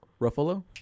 Ruffalo